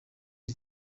iri